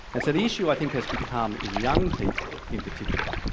and so the issue i think has become in young people in particular,